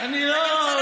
אני רוצה להבין למה.